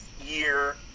year